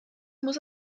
muss